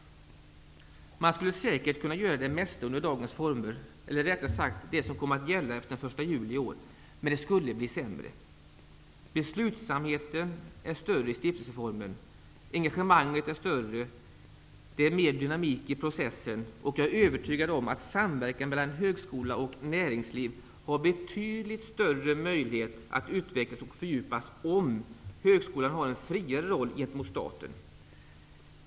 Man skulle säkert kunna göra det mesta under nuvarande former -- eller rättare sagt det som kommer att gälla efter den 1 juli i år -- men det skulle bli sämre. Beslutsnabbheten är större i stiftelseform, och engagemanget är större. Det är mer dynamik i processen. Jag är övertygad om att samverkan mellan högskola och näringsliv har betydligt större möjlighet att utvecklas och fördjupas, om högskolan har en friare roll gentemot staten.